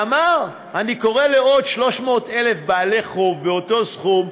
והוא אמר: אני קורא לעוד 300,000 בעלי חוב באותו סכום,